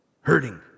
hurting